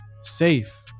safe